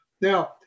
Now